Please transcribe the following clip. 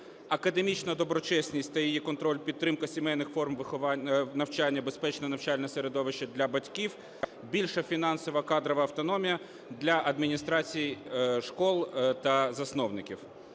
академічна доброчесність та її контроль, підтримка сімейних форм навчання, безпечне навчальне середовище – для батьків; більша фінансова кадрова автономія для адміністрацій шкіл та засновників.